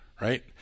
right